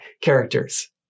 characters